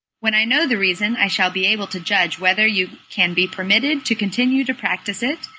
when i know the reason i shall be able to judge whether you can be permitted to continue to practise it,